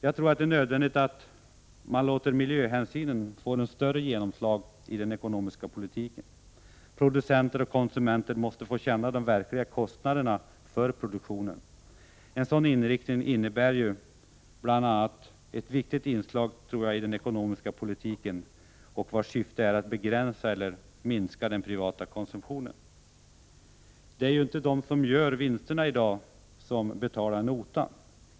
Jag tror att det är nödvändigt att man låter miljöhänsynen få ett större genomslag i den ekonomiska politiken. Producenter och konsumenter måste få känna de verkliga kostnaderna för produktionen. En sådan inriktning innebär ju bl.a. ett viktigt inslag i den ekonomiska politiken med syftet att begränsa eller minska den privata konsumtionen. Det är ju inte de som gör vinsterna i dag som betalar notan.